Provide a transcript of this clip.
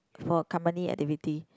for a company activity